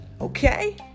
Okay